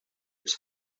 its